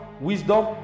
wisdom